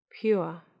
pure